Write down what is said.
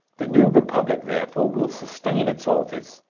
the new republic, therefore, will sustain its authors.